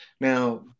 Now